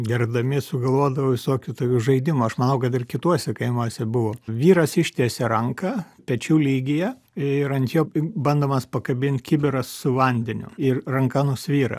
gerdami sugalvodavo visokių tokių žaidimų aš manau kad ir kituose kaimuose buvo vyras ištiesia ranką pečių lygyje ir ant jo bandomas pakabint kibiras su vandeniu ir ranka nusvyra